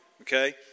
okay